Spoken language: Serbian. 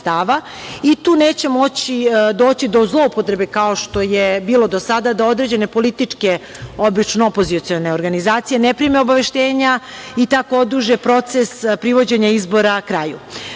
i tu neće moći doći do zloupotrebe, kao što je bilo do sada, da određene političke, obično opozicione organizacije, ne prime obaveštenja i tako oduže proces privođenja izbora kraju. Bilo